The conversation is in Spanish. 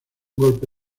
golpe